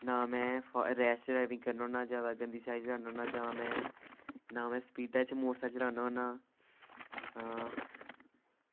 नां में rash driving करना होन्ना जां गंदी साइड चलाना होन्ना जां में स्पीडै च मोटरसैकल चलाना होन्ना आं नां